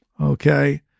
Okay